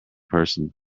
person